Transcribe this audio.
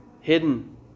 hidden